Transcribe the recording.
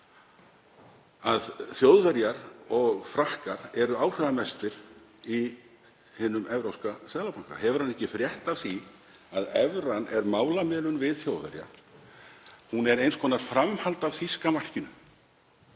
að Þjóðverjar og Frakkar eru áhrifamestir í hinum evrópska seðlabanka? Hefur hann ekki frétt af því að evran er málamiðlun við Þjóðverja? Hún er eins konar framhald af þýska markinu.